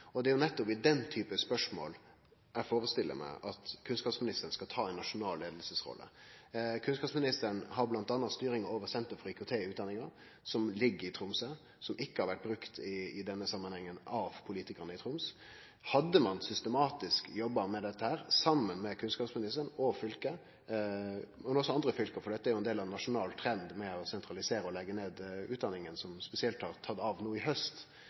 Og det er nettopp i den typen spørsmål eg ser for meg at kunnskapsministeren skal ta ei nasjonal leiingsrolle. Kunnskapsministeren har bl.a. styringa over Senter for IKT i Utdanningen, som ligg i Tromsø, og som ikkje har vore brukt av politikarane i Troms i denne samanhengen. Hadde ein systematisk jobba med dette, saman med kunnskapsministeren og fylket – men også saman med andre fylke, for dette er del av ein nasjonal trend med å leggje ned utdanningar, som spesielt har tatt av no i haust